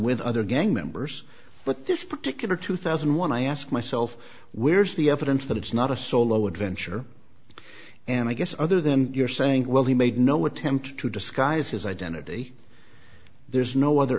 with other gang members but this particular two thousand and one i asked myself where's the evidence that it's not a solo adventure and i guess other than your saying well he made no attempt to disguise his identity there's no other